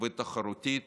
ותחרותית